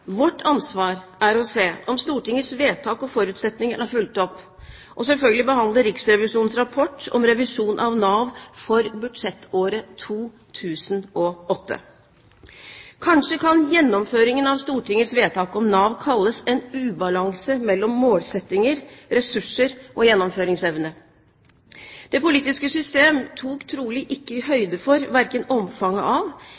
Vårt ansvar er å se om Stortingets vedtak og forutsetninger er fulgt opp, og selvfølgelig å behandle Riksrevisjonens rapport om revisjon av Nav for budsjettåret 2008. Kanskje kan gjennomføringen av Stortingets vedtak om Nav kalles en ubalanse mellom målsettinger, ressurser og gjennomføringsevne. Det politiske system tok trolig ikke høyde for verken omfanget av